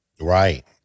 right